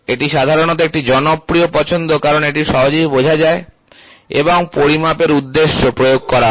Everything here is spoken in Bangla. এটি সাধারণত একটি জনপ্রিয় পছন্দ কারণ এটি সহজেই বোঝা যায় এবং পরিমাপের উদ্দেশ্যে প্রয়োগ করা হয়